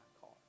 car